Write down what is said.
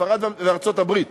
ספרד וארצות-הברית,